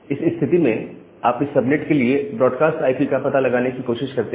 इस स्थिति में आप इस सबनेट के लिए ब्रॉडकास्ट आई पी का पता लगाने की कोशिश करते हैं